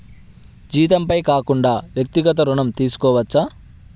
జీతంపై కాకుండా వ్యక్తిగత ఋణం తీసుకోవచ్చా?